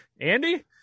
Andy